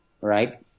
right